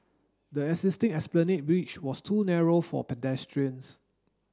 the existing Esplanade Bridge was too narrow for pedestrians